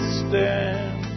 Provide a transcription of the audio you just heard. stand